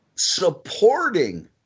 supporting